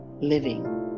living